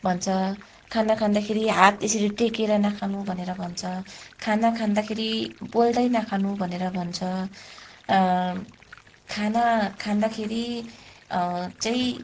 भन्छ खाना खाँदाखेरि हात यसरी टेकेर नखानु भनेर भन्छ खाना खाँदाखेरि बोल्दै नखानु भनेर भन्छ खाना खाँदाखेरि चाहिँ